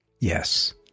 Yes